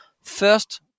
First